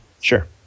Sure